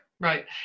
Right